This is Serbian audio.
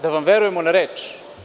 Da vam verujemo na reč?